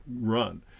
run